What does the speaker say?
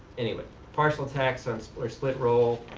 anyway. parcel tax and or split role.